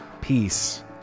peace